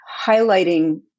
highlighting